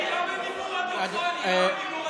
טיבי, לא בדיבור רדיופוני, לא בדיבור רדיופוני.